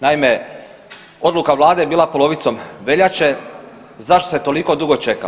Naime, odluka vlade je bila polovicom veljače, zašto se toliko dugo čeka?